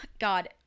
God